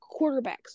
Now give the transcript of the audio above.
quarterbacks